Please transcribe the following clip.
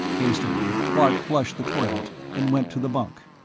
hastily bart flushed the toilet and went to the bunk.